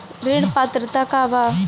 ऋण पात्रता का बा?